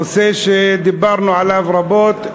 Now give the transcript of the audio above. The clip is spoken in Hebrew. נושא שדיברנו עליו רבות,